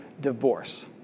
divorce